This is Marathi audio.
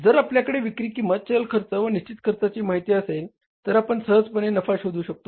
जर आपल्याकडे विक्री किंमत चल खर्च व निश्चित खर्चाची माहिती असेल तर आपण सहजपणे नफा शोधू शकतोत